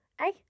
hey